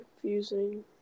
confusing